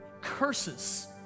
curses